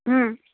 হুম